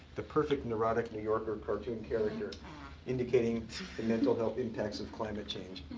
the perfect neurotic new yorker cartoon character indicating the mental health impacts of climate change.